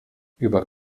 über